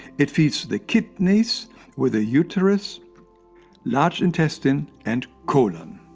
it feeds the kidneys with ah ureters, large intestine and colon.